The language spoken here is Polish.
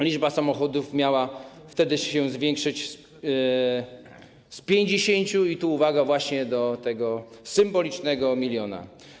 Liczba samochodów miała wtedy się zwiększyć z 50 tys., uwaga, właśnie do tego symbolicznego 1 mln.